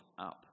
up